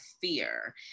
fear